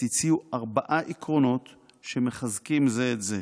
הציעו ארבעה עקרונות שמחזקים זה את זה: